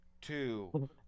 two